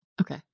Okay